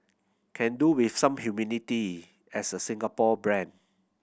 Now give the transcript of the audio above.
can do with some humility as a Singapore brand